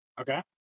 Okay